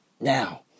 Now